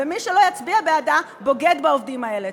ומי שלא יצביע בעדה בוגד בעובדים האלה.